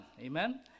Amen